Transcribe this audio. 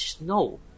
No